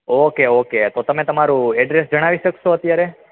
okay okay તો તમે તમારું એડ્રેસ જણાવી શકશો અત્યારે